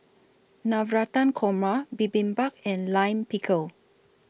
Navratan Korma Bibimbap and Lime Pickle